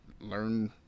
learn